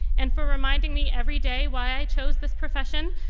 and for reminding me every day why chose this profession,